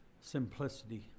simplicity